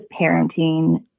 parenting